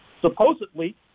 supposedly